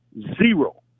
zero